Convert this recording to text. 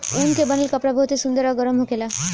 ऊन के बनल कपड़ा बहुते सुंदर आ गरम होखेला